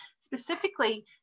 specifically